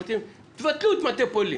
אמרתי להם: תבטלו את מטה פולין.